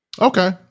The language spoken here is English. Okay